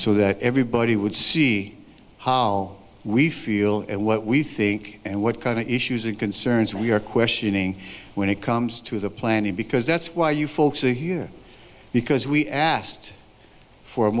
so that everybody would see how we feel and what we think and what kind of issues and concerns we are questioning when it comes to the planning because that's why you folks are here because we asked for